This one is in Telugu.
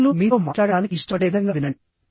ఇతరులు మీతో మాట్లాడటానికి ఇష్టపడే విధంగా వినండి